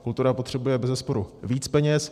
Kultura potřebuje bezesporu víc peněz.